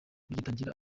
bigitangira